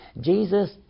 Jesus